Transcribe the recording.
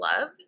love